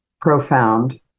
profound